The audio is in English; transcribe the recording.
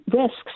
risks